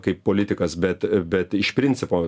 kaip politikas bet bet iš principo